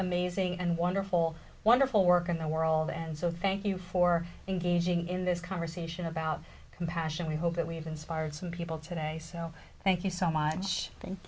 amazing and wonderful wonderful work in the world and so thank you for engaging in this conversation about compassion we hope that we've inspired some people today so thank you so much thank